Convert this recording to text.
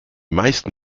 meisten